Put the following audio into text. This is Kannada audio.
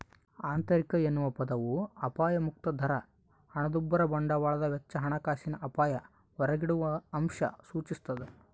ಆಂತರಿಕ ಎನ್ನುವ ಪದವು ಅಪಾಯಮುಕ್ತ ದರ ಹಣದುಬ್ಬರ ಬಂಡವಾಳದ ವೆಚ್ಚ ಹಣಕಾಸಿನ ಅಪಾಯ ಹೊರಗಿಡುವಅಂಶ ಸೂಚಿಸ್ತಾದ